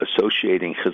associating